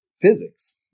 physics